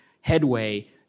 headway